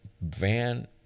van